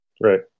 Right